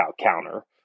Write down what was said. counter